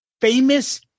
famous